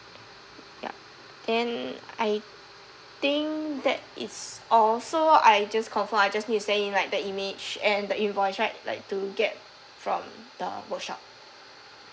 yup then I think that is all so I just confirm I just need to send in like the image and the invoice right like to get from the workshop